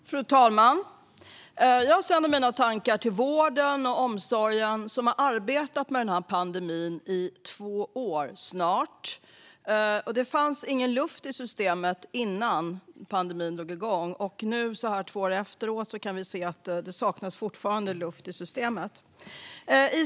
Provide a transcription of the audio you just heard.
Fru talman! Jag sänder mina tankar till vården och omsorgen, som har arbetat med denna pandemi i snart två år. Det fanns ingen luft i systemet innan pandemin drog igång. Och nu, två år efteråt, kan vi se att det fortfarande saknas luft i systemet. Fru talman!